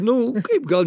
nu kaip gal